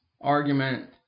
argument